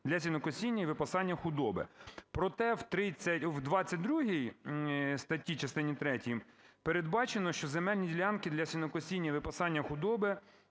для сінокосіння і випасання худоби. Проте в 22-й статті, частині третій, передбачено, що земельні ділянки для сінокосіння і випасання худоби